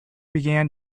began